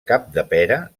capdepera